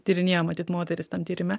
tyrinėja matyt moteris tam tyrime